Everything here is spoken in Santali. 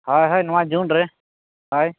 ᱦᱳᱭ ᱦᱳᱭ ᱱᱚᱣᱟ ᱡᱩᱱ ᱨᱮ ᱦᱳᱭ